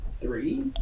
Three